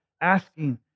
asking